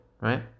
right